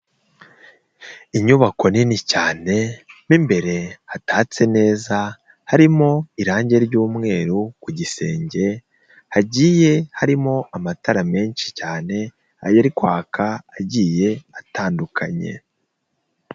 Inyubako nini cyane, mo imbere hatatse neza, harimo irange ry'umweru ku gisenge, hagiye harimo amatara menshi cyane ayari kwaka, agiye atandukanye.